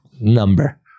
number